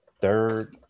third